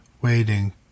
waiting